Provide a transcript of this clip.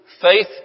Faith